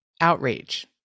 outrage